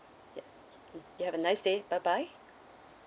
ya mm you have a nice day bye bye